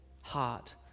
heart